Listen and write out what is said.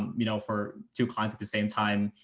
you know, for two clients at the same time.